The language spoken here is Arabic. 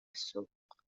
السوق